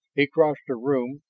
he crossed the room,